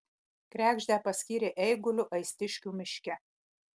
kregždę paskyrė eiguliu aistiškių miške